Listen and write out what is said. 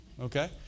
Okay